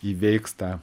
įveiks tą